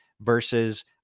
versus